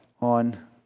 on